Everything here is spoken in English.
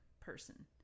person